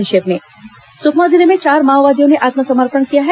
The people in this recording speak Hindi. संक्षिप्त समाचार सुकमा जिले में चार माओवादियों ने आत्मसमर्पण किया है